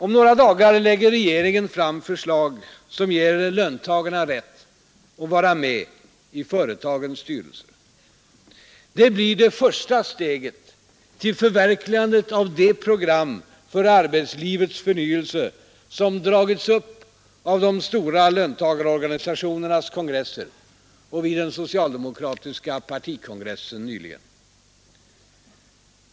Om några dagar lägger regeringen fram ett förslag som ger löntagarna rätt att vara med i företagens styrelser. Det blir det första steget till förverkligandet av det program för arbetslivets förnyelse som dragits upp av de stora löntagarorganisationernas kongresser och vid den socialdemokratiska partikongressen nyligen.